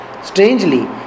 Strangely